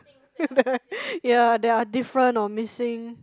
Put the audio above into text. ya that are different or missing